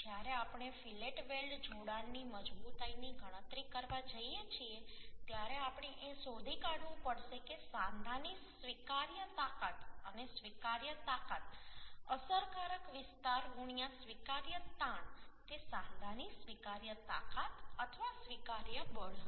જ્યારે આપણે fillet weld જોડાણ ની મજબૂતાઈની ગણતરી કરવા જઈએ છીએ ત્યારે આપણે એ શોધી કાઢવું પડશે કે સાંધાની સ્વીકાર્ય તાકાત અને સ્વીકાર્ય તાકાત અસરકારક વિસ્તાર સ્વીકાર્ય તાણ તે સાંધાની સ્વીકાર્ય તાકાત અથવા સ્વીકાર્ય બળ હશે